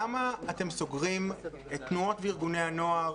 למה אתם סוגרים את תנועות וארגוני הנוער?